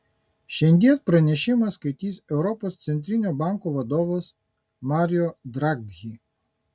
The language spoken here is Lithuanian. šiandien pranešimą skaitys europos centrinio banko vadovas mario draghi